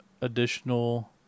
additional